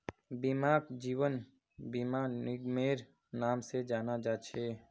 बीमाक जीवन बीमा निगमेर नाम से जाना जा छे